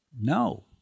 No